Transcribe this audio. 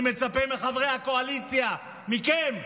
אני מצפה מחברי הקואליציה, מכם,